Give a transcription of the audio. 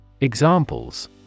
Examples